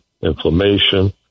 inflammation